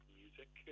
music